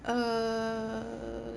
err